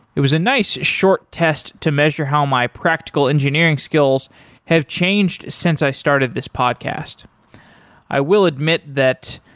it was a nice short test to measure how my practical engineering skills have changed since i started this podcast i will admit that,